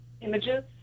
images